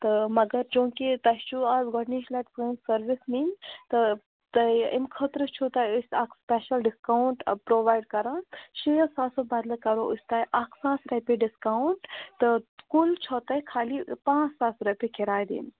تہٕ مگر چوٗنٛکہِ تۄہہِ چھُو آز گۄڈنِچ لَٹہِ سٲنۍ سٔروِس نِنۍ تہٕ تۄہہِ اَمہِ خٲطرٕ چھُو تۄہہِ أسۍ اَکھ سٕپیشَل ڈِسکاوُنٛٹ پرٛوٚوایِڈ کران شیٚیَو ساسَو بَدلہٕ کَرو أسۍ تۄہہِ اَکھ ساس رۄپیہِ ڈِسکاوُنٛٹ تہٕ کُل چھو تۄہہِ خالی پانٛژھ ساس رۄپیہِ کِراے دِنۍ